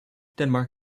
denmark